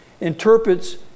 interprets